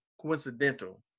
coincidental